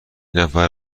نفر